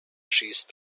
schießt